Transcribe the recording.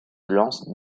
lance